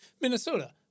Minnesota